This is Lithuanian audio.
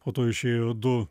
po to išėjo du